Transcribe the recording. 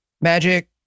magic